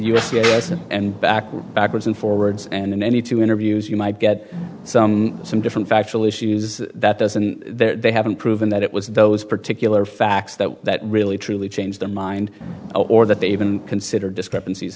us and back backwards and forwards and in any two interviews you might get some different factual issues that doesn't they haven't proven that it was those particular facts that that really truly changed their mind or that they even considered discrepanc